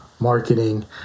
marketing